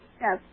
Yes